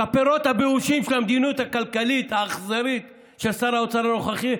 את הפירות הבאושים של המדיניות הכלכלית האכזרית של שר האוצר הנוכחי,